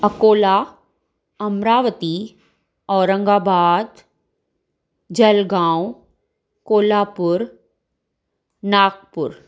Akola Amravati Aurangabad Jalgaon Kolhapur Nagpur